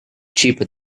cheaper